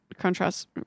Contrast